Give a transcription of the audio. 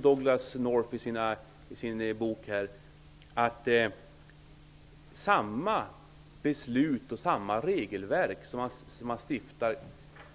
Douglass C. North säger i sin bok att samma beslut och samma regelverk